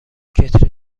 کتری